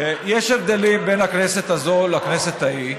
שיש הבדלים בין הכנסת הזאת לכנסת ההיא,